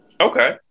Okay